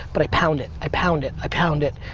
but i pound it. i pound it. i pound it,